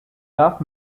that